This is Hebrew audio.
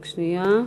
רק שנייה.